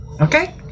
Okay